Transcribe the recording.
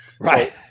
Right